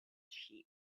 sheep